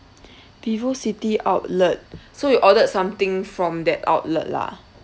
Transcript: Vivocity outlet so you ordered something from that outlet lah